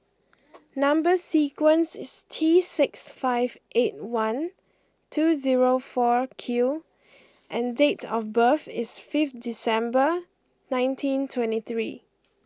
number sequence is T six five eight one two zero four Q and date of birth is fifth December nineteen twenty three